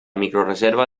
microreserva